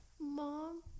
mom